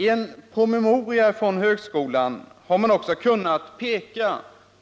I en promemoria från högskolan har man också kunnat peka